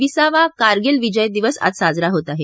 विसावा कारगिल विजय दिवस आज साजरा होत आहे